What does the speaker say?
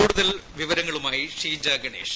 കൂടുതൽ വിവരങ്ങളുമായി ഷീജ ഗണേഷ്